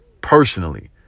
personally